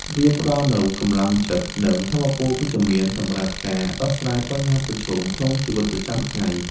វាផ្ដល់នូវកម្លាំងចិត្ត និងថាមពលវិជ្ជមានសម្រាប់ការដោះស្រាយបញ្ហាប្រឈមក្នុងជីវិតប្រចាំថ្ងៃ។